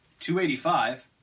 285